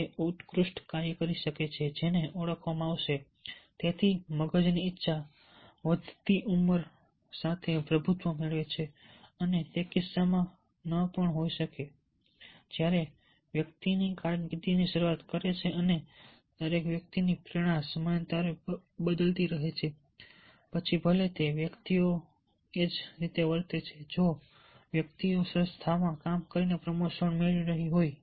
તે ઉત્કૃષ્ટ કાર્ય કરી શકે છે જેને ઓળખવામાં આવશે તેથી મગજની ઇચ્છા વધતી ઉંમર સાથે પ્રભુત્વ મેળવે છે જે તે કિસ્સામાં ન પણ હોઈ શકે જ્યારે વ્યક્તિ કારકિર્દી શરૂ કરે છે અને દરેક વ્યક્તિની પ્રેરણા સમયાંતરે બદલાતી રહે છે પછી ભલે તે વ્યક્તિઓ એ જ રીતે વર્તે છે જો વ્યક્તિ સંસ્થામાં કામ કરીને પ્રમોશન મેળવી રહી હોય